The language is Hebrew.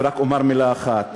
ורק אומר מילה אחת.